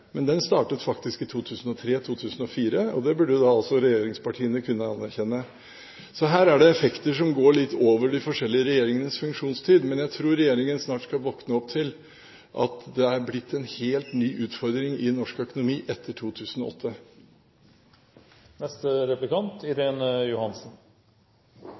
men den startet faktisk i 2003–2004, og det burde også regjeringspartiene kunne anerkjenne. Så her er det effekter som går litt over i de forskjellige regjeringenes funksjonstid, men jeg tror regjeringen snart skal våkne opp til at det er blitt en helt ny utfordring i norsk økonomi etter 2008.